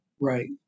Right